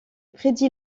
prédit